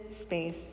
space